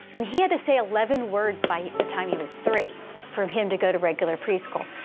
and he had to say eleven words by the time he was three for him him to go to regular pre-school.